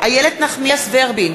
איילת נחמיאס ורבין